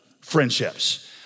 friendships